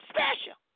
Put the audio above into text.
Special